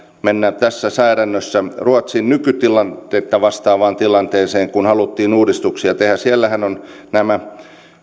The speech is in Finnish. mennyt tässä säädännössä ruotsin nykytilannetta vastaavaan tilanteeseen kun haluttiin uudistuksia tehdä siellähän on nämä